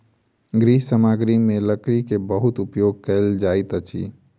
गृह सामग्री में लकड़ी के बहुत उपयोग कयल जाइत अछि